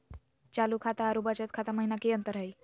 चालू खाता अरू बचत खाता महिना की अंतर हई?